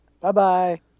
Bye-bye